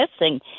missing